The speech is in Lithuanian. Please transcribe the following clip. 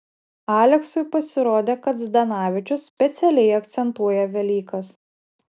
aleksui pasirodė kad zdanavičius specialiai akcentuoja velykas